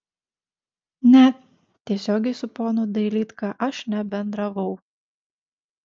ne tiesiogiai su ponu dailydka aš nebendravau